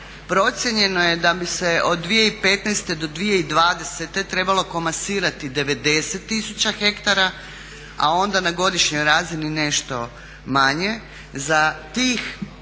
Procijenjeno je da bi se od 2015. do 2020. trebalo komasirati 90 tisuća hektara, a onda na godišnjoj razini nešto manje. Za tih